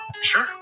Sure